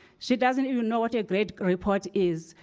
she doesn't even know what a grade report is.